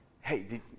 Hey